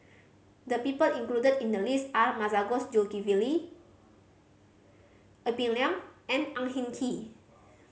the people included in the list are Masagos Zulkifli Ee Peng Liang and Ang Hin Kee